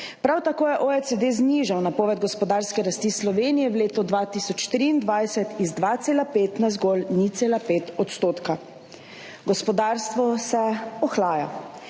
Prav tako je OECD znižal napoved gospodarske rasti Slovenije v letu 2023 iz 2,5 na zgolj 0,5 %. Gospodarstvo se ohlaja.